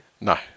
No